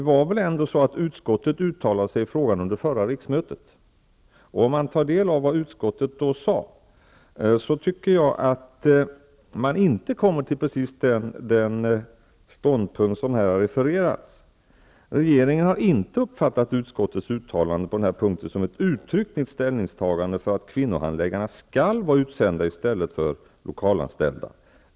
Utskottet uttalade sig i frågan under förra riksmötet. Om man tar del av vad utskottet då sade tycker jag att man inte kommer till precis den ståndpunkt som här refererades. Regeringen har inte uppfattat utskottets uttalande på denna punkt som ett uttryckligt ställningstagande för att kvinnohandläggarna skall vara utsända i stället för lokalanställda.